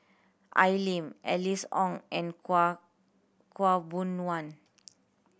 Al Lim Alice Ong and khaw Khaw Boon Wan